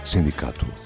Sindicato